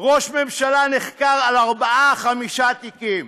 ראש ממשלה נחקר על ארבעה-חמישה תיקים,